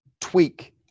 tweak